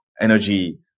energy